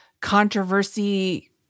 controversy